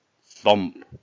thump